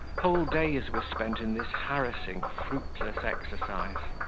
whole days were spent in this harassing, fruitless exercise.